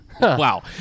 Wow